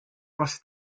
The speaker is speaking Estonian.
kas